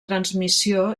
transmissió